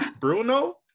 Bruno